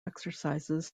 exercises